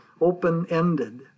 open-ended